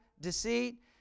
deceit